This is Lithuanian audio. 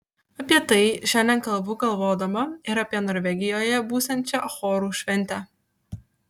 apie tai šiandien kalbu galvodama ir apie norvegijoje būsiančią chorų šventę